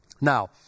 Now